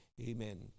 Amen